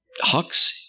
Hux